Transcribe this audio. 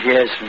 Yes